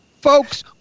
folks